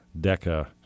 DECA